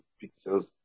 pictures